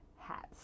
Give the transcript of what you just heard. hats